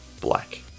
black